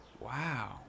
Wow